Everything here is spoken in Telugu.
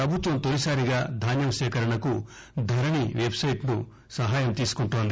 పభుత్వం తొలిసారిగా ధాన్యం సేకరణకు ధరణి వెబ్సైట్ సాయం తీసుకుంటోంది